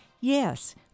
Yes